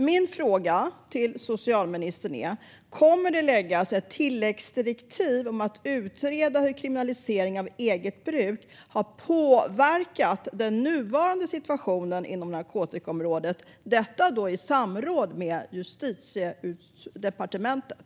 Min fråga till socialministern är om det kommer att läggas ett tilläggsdirektiv om att utreda hur kriminalisering av eget bruk har påverkat den nuvarande situationen inom narkotikaområdet, detta då i samråd med Justitiedepartementet.